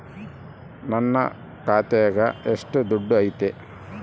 ನನ್ನ ಖಾತ್ಯಾಗ ಎಷ್ಟು ದುಡ್ಡು ಐತಿ?